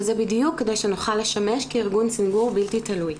וזה בדיוק כדי שנוכל לשמש כארגון ציבור בלתי תלוי.